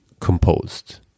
composed